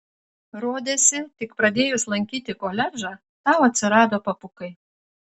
rodėsi tik pradėjus lankyti koledžą tau atsirado papukai